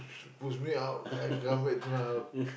push me out I come back to my house